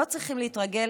לא צריכים להתרגל